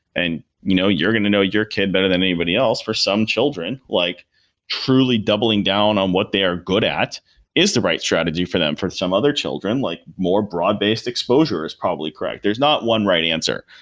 and you know you're going to know your kid better than anybody else. for some children, like truly doubling down on what they are good at is the right strategy for them. for some other children, like more broad-based exposure is probably correct. there is not one right answer,